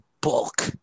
bulk